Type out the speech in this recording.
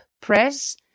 press